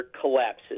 collapses